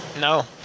no